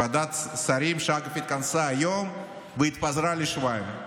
ועדת שרים, שאגב התכנסה היום והתפזרה לשבועיים.